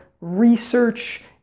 research